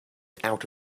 out